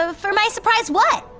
so for my surprise what?